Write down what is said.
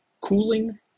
Cooling